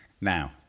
Now